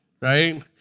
right